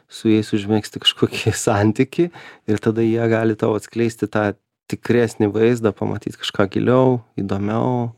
su jais užmegzti kažkokį santykį ir tada jie gali tau atskleisti tą tikresnį vaizdą pamatyt kažką giliau įdomiau